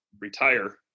retire